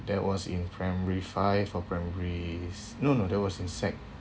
that was in primary five or primary si~ no no that was in sec